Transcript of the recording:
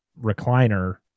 recliner